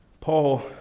Paul